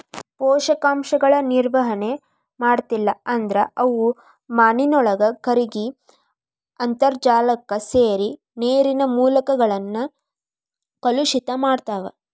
ಪೋಷಕಾಂಶಗಳ ನಿರ್ವಹಣೆ ಮಾಡ್ಲಿಲ್ಲ ಅಂದ್ರ ಅವು ಮಾನಿನೊಳಗ ಕರಗಿ ಅಂತರ್ಜಾಲಕ್ಕ ಸೇರಿ ನೇರಿನ ಮೂಲಗಳನ್ನ ಕಲುಷಿತ ಮಾಡ್ತಾವ